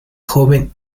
joven